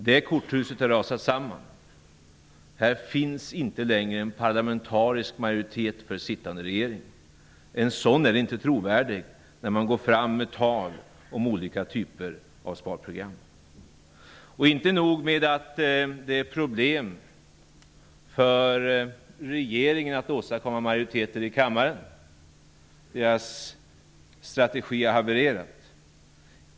Det korthuset har rasat samman. Det finns inte längre någon parlamentarisk majoritet för den sittande regeringen. En regering i den situationen är inte trovärdig när den går fram med tal om olika typer av sparprogram. Det är inte nog med att regeringen har problem med att åstadkomma majoritet i kammaren. Regeringens strategi har havererat.